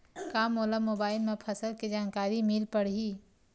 का मोला मोबाइल म फसल के जानकारी मिल पढ़ही?